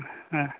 हेँ